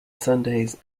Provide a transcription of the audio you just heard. sundays